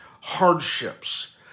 hardships